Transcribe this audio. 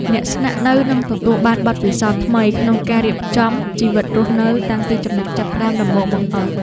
អ្នកស្នាក់នៅនឹងទទួលបានបទពិសោធន៍ថ្មីក្នុងការរៀបចំជីវិតរស់នៅតាំងពីចំណុចចាប់ផ្ដើមដំបូងបង្អស់។